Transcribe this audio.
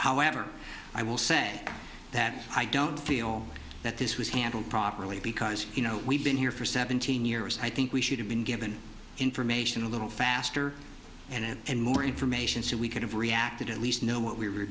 however i will say that i don't feel that this was handled properly because you know we've been here for seventeen years i think we should have been given information a little faster and more information so we could have reacted at least know what we were